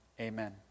amen